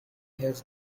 has